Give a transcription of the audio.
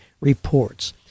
reports